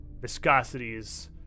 viscosities